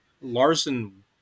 Larson